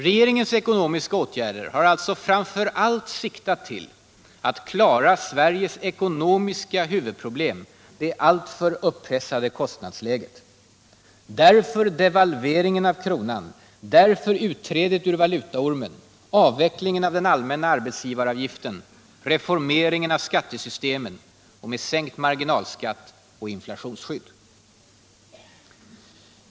Regeringens ekonomiska åtgärder har alltså framför allt siktat till att klara Sveriges ekonomiska huvudproblem, det alltför uppressade kostnadsläget — därför devalveringen av kronan, utträdet ur valutaormen, avvecklingen av den allmänna arbetsgivaravgiften och reformeringen av skattesystemet med sänkt marginalskatt och inflationsskydd.